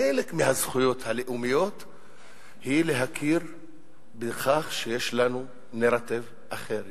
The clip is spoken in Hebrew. חלק מהזכויות הלאומיות הן להכיר בכך שיש לנו נרטיב אחר,